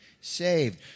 saved